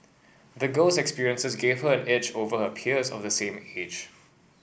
the girl's experiences gave her an edge over her peers of the same age